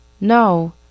No